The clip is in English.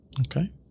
okay